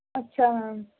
ਅੱਛਾ ਮੈਮ